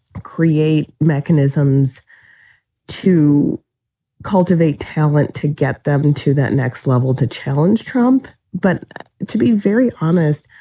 create mechanisms to cultivate talent to get them to that next level to challenge trump, but to be very honest.